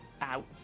out